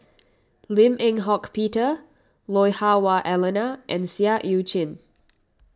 Lim Eng Hock Peter Lui Hah Wah Elena and Seah Eu Chin